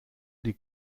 die